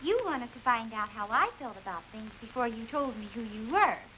you wanted to find out how i felt about things before you told me who you